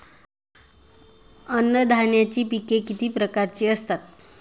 अन्नधान्याची पिके किती प्रकारची असतात?